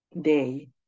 day